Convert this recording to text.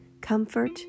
comfort